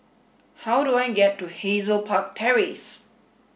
how do I get to Hazel Park Terrace